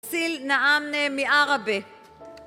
סיל נעמנה מערבה